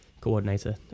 coordinator